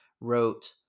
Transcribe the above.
wrote